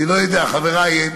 אני לא יודע, חברי,